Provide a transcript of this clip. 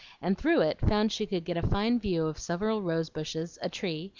and through it found she could get a fine view of several rose-bushes, a tree,